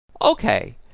Okay